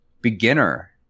beginner